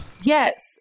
Yes